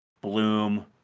Bloom